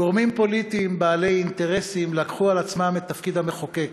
גורמים פוליטיים בעלי אינטרסים לקחו על עצמם את תפקיד המחוקק.